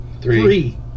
Three